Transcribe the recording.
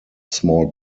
small